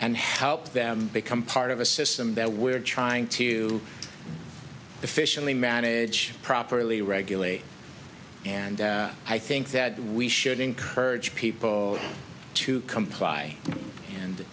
and help them become part of a system that we're trying to efficiently manage properly regulate and i think that we should encourage people to comply and